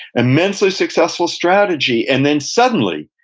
immensely successful strategy, and then suddenly,